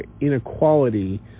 inequality